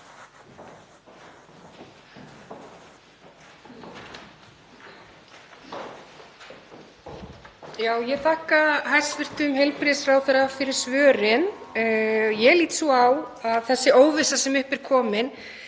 Ég þakka hæstv. heilbrigðisráðherra fyrir svörin. Ég lít svo á að þessi óvissa sem upp er komin